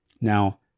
Now